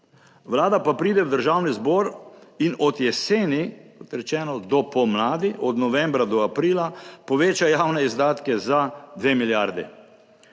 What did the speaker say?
Vlada pa pride v državni zbor in od jeseni, kot rečeno, do pomladi, od novembra do aprila, poveča javne izdatke za dve milijardi.